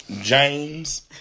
James